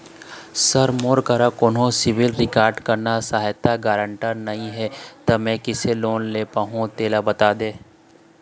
sir मोर करा कोन्हो सिविल रिकॉर्ड करना सहायता गारंटर नई हे ता मे किसे लोन ले पाहुं तेला बता दे